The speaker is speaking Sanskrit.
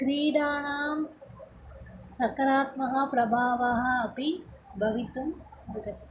क्रीडाणां सकारात्मकप्रभावः अपि भवितुं वदति